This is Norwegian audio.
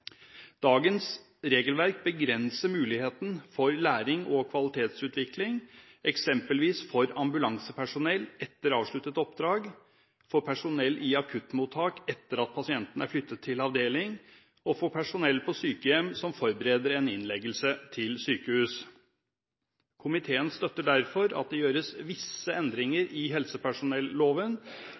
Dagens regelverk begrenser muligheten for læring og kvalitetsutvikling, eksempelvis for ambulansepersonell etter avsluttet oppdrag, for personell i akuttmottak etter at pasienten er flyttet til avdeling, og for personell på sykehjem som forbereder en innleggelse til sykehus. Komiteen støtter derfor at det gjøres visse endringer i